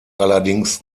allerdings